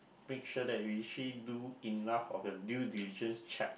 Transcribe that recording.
make sure that you literally do enough of your due diligence check